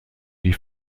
die